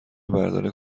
مردانه